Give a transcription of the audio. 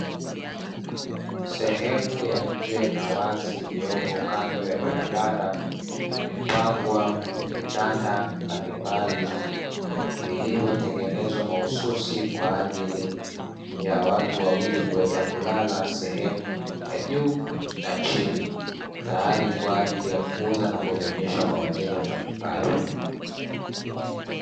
Sehemu ya nje na wazi iliyopo kando ya barabara, imepangwa vitanda mbalimbali vilivyotengenezwa mahususi kwa ajili ya watu wawili kuweza kulala sehemu ya juu na chini. Tayari kwa ajili ya kuuza na kuvionyesha kwa wateja mbalimbali.